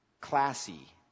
Classy